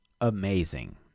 amazing